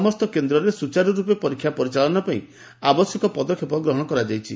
ସମସ୍ତ କେନ୍ଦରେ ସୂଚାର୍ରପେ ପରୀକ୍ଷା ପରିଚାଳନା ପାଇଁ ଆବଶ୍ୟକ ପଦକ୍ଷେପ ଗ୍ରହଶ କରାଯାଇଛି